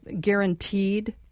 guaranteed